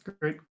great